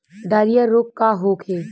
Diarrhoea रोग का होखे?